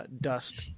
Dust